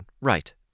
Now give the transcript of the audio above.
Right